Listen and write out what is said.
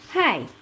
Hi